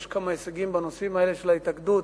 ויש כמה הישגים בנושאים האלה של ההתאגדות,